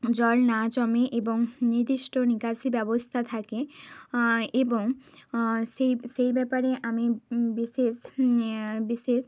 জল না জমে এবং নিদিষ্ট নিকাশি ব্যবস্থা থাকে এবং সেই সেই ব্যাপারে আমি বিশেষ বিশেষ